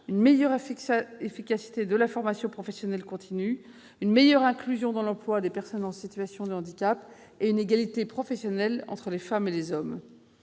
une meilleure efficacité de la formation professionnelle continue, une meilleure inclusion dans l'emploi des personnes en situation de handicap et l'égalité professionnelle entre les femmes et les hommes.